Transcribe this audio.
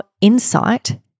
insight